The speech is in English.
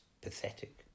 pathetic